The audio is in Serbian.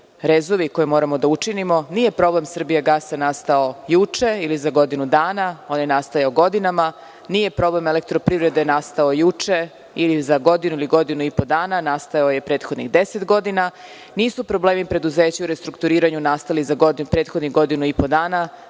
rezovi koje moramo da učinimo. Nije problem „Srbijagas-a“ nastao juče ili za godinu dana, on je nastajao godinama. Nije problem EPS-a nastao juče ili za godinu, godinu i po dana, nastao je prethodnih deset godina. Nisu problemi preduzeća restrukturiranja nastali prethodnih godinu i po dana,